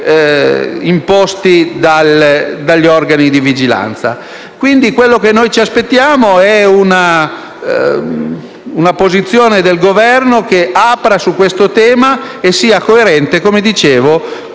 imposti dagli organi di vigilanza. Ciò che ci aspettiamo è una posizione del Governo che apra sul tema e sia coerente - come dicevo